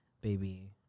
baby